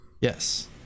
Yes